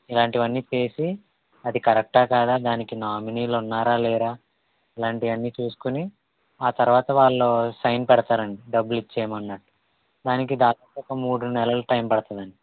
ఇలాంటివి అన్నీ చేసి అది కరెక్టా కాదా దానికి నామినీలు ఉన్నారా లేదా ఇలాంటివి అన్నీ చూసుకుని ఆ తరువాత వాళ్ళు సైన్ పెడతారండీ డబ్బులు ఇచ్చెయ్యమన్నట్టు దానికి దాదాపు మూడు నెలలు టైమ్ పడుతుందండి